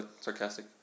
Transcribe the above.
sarcastic